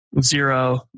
zero